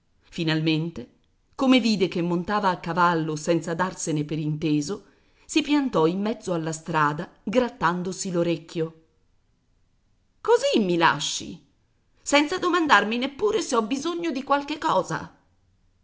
finalmente come vide che montava a cavallo senza darsene per inteso si piantò in mezzo alla strada grattandosi l'orecchio così mi lasci senza domandarmi neppure se ho bisogno di qualche cosa